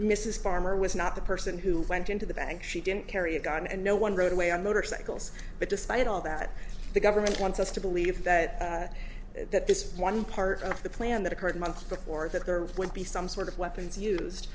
farmer was not the person who went into the bank she didn't carry a gun and no one rode away on motorcycles but despite all that the government wants us to believe that that this one part of the plan that occurred months before that there would be some sort of weapons used